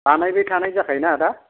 बानायबाय थानाय जाखायोना आदा